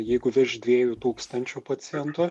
jeigu virš dviejų tūkstančių pacientų